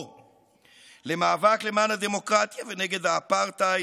למאבק למען הדמוקרטיה ונגד האפרטהייד,